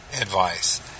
advice